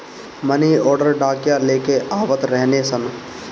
मनी order डाकिया लेके आवत रहने सन